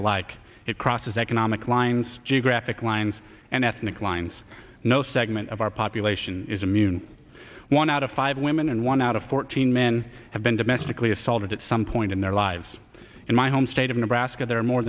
alike it crosses economic lines geographic lines and ethnic lines no segment of our population is immune one out of five women and one out of fourteen men have been domestically assaulted at some point in their lives in my home state of nebraska there are more